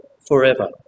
forever